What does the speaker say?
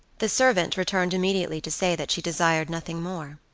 the servant returned immediately to say that she desired nothing more.